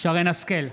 שרן מרים השכל,